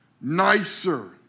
nicer